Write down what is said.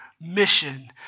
mission